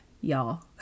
y'all